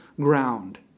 ground